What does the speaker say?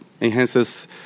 enhances